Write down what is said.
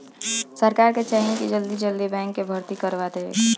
सरकार के चाही की जल्दी जल्दी बैंक कअ भर्ती के करवा देवे